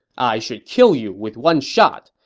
i should kill you with one shot,